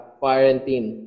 quarantine